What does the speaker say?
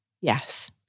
Yes